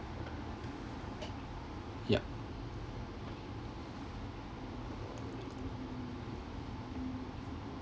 yup